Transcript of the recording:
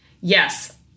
Yes